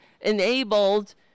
enabled